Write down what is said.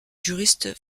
juriste